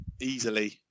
easily